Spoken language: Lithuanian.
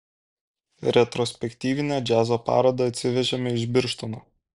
retrospektyvinę džiazo parodą atsivežėme iš birštono